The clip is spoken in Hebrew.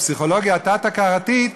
בפסיכולוגיה התת-הכרתית,